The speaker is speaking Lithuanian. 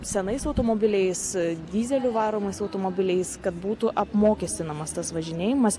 senais automobiliais dyzeliu varomais automobiliais kad būtų apmokestinamas tas važinėjimas